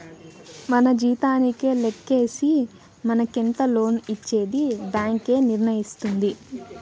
మన జీతానికే లెక్కేసి మనకెంత లోన్ ఇచ్చేది బ్యాంక్ ఏ నిర్ణయిస్తుంది